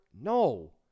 no